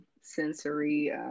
sensory